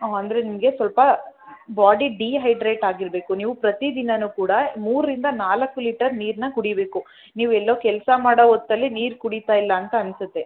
ಹಾಂ ಅಂದರೆ ನಿಮಗೆ ಸ್ವಲ್ಪ ಬಾಡಿ ಡಿಹೈಡ್ರೇಟ್ ಆಗಿರಬೇಕು ನೀವು ಪ್ರತಿದಿನವು ಕೂಡಾ ಮೂರರಿಂದ ನಾಲ್ಕು ಲೀಟರ್ ನೀರನ್ನು ಕುಡಿಬೇಕು ನೀವು ಎಲ್ಲೋ ಕೆಲಸ ಮಾಡೋ ಹೊತ್ತಲ್ಲಿ ನೀರು ಕುಡಿತಾಯಿಲ್ಲ ಅಂತ ಅನಿಸುತ್ತೆ